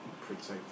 protect